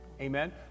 Amen